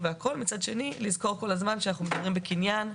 ומצד שני לזכור כל הזמן שאנחנו מדברים על קניין,